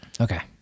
Okay